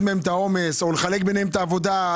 מהם את העומס או לחלק ביניהם את העבודה.